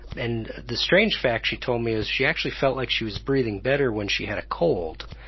and the strange fact she told me is she actually felt like she was breathing better when she had a cold.